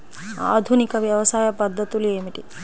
ఆధునిక వ్యవసాయ పద్ధతులు ఏమిటి?